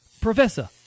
Professor